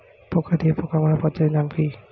পোকা দিয়ে পোকা মারার পদ্ধতির নাম কি?